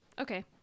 Okay